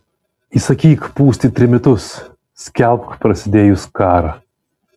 įsakyk pūsti trimitus skelbk prasidėjus karą